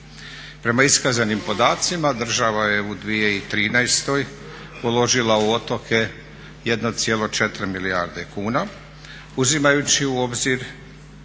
Prema iskazanim podacima država je u 2013.uložila u otoke 1,4 milijarde kuna uzimajući u obzir